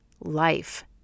life